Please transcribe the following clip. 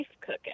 cooking